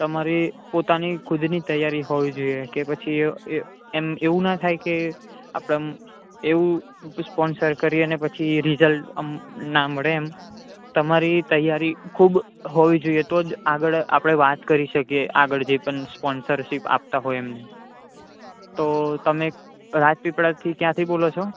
તમારી પોતાની ખુદની તૈયારી હોવી જોઈએ કે પછી એમ એવું ના થાય કે આપણા આમ એવું સ્પોન્સર કરીએ અને પછી રિઝલ્ટ આમ ના મળે એમ તમારી તૈયારી ખૂબ હોવી જોઈએ તો જ આગળ આપણે વાત કરી શકીએ આગળ જે પણ સ્પોન્સરશિપ આપતા હોય એમને તો તમે રાજપીપળાથી ક્યાંથી બોલો છો